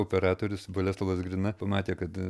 operatorius boleslovas grina pamatė kad